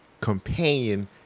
companion